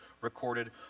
recorded